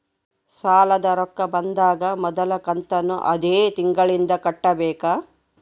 ಸಾಲದ ರೊಕ್ಕ ಬಂದಾಗ ಮೊದಲ ಕಂತನ್ನು ಅದೇ ತಿಂಗಳಿಂದ ಕಟ್ಟಬೇಕಾ?